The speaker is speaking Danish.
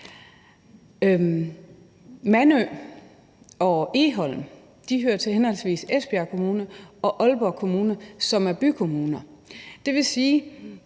Mandø og Egholm hører til henholdsvis Esbjerg Kommune og Aalborg Kommune, som er bykommuner,